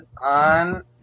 on